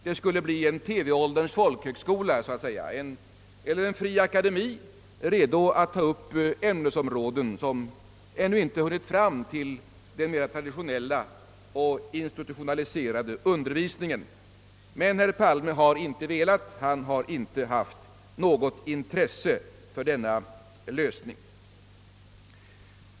Detta skulle bli en TV-ålderns folkhögskola eller en fri akademi, redo att ta upp ämnesområden som ännu inte hunnit fram till den mer traditionella och institutionaliserade undervisningen. Men det har inte herr Palme velat. Han har inte visat något intresse för detta förslag.